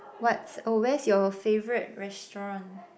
what's oh where's your favourite restaurant